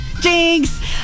Jinx